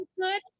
good